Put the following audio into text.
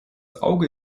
auge